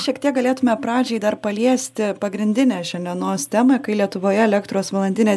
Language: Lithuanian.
šiek tiek galėtume pradžiai dar paliesti pagrindinę šiandienos temą kai lietuvoje elektros valandinė